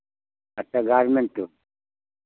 अच्छा गारमेन्ट